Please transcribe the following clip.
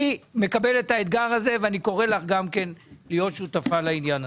אני מקבל את האתגר הזה ואני קורא לך גם כן להיות שותפה לעניין.